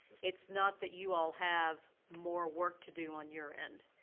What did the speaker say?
it's not that you all have more work to do on your end.